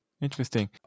Interesting